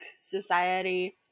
society